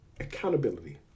Accountability